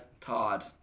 Todd